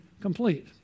complete